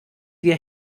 wir